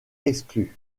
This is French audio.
exclus